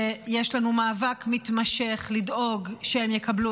ויש לנו מאבק מתמשך לדאוג שהם יקבלו